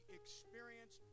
experience